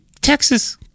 Texas